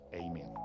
Amen